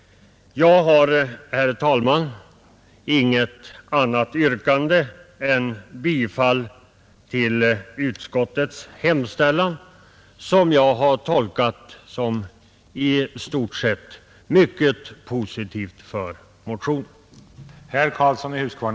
Jag har, herr talman, inget annat yrkande än om bifall till utskottets hemställan, vilken jag har tolkat som mycket positiv för motionen.